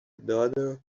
daughter